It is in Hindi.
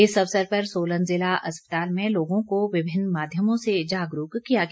इस अवसर पर सोलन ज़िला अस्पताल में लोगों को विभिन्न माध्यमों से जागरूक किया गया